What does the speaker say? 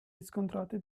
riscontrati